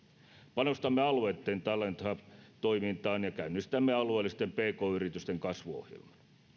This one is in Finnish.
panostamme alueitten talent hub toimintaan ja käynnistämme alueellisten pk yritysten kasvuohjelman